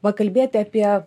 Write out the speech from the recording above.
pakalbėti apie